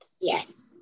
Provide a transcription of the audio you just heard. Yes